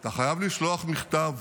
אתה חייב לשלוח מכתב,